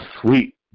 sweet